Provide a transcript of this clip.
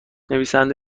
نویسنده